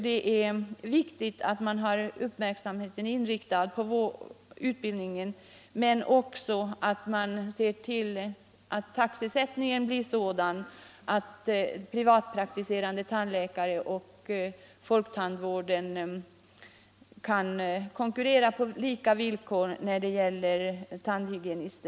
Det är viktigt att ha uppmärksamheten inriktad på utbildningskapaciteten men också att se till att taxesättningen är sådan att folktandvården och de privatpraktiserande kan konkurrera på lika villkor.